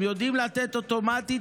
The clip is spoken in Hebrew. הם יודעים לתת אוטומטית,